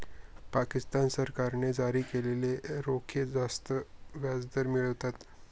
पाकिस्तान सरकारने जारी केलेले रोखे जास्त व्याजदर मिळवतात